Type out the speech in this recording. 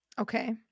Okay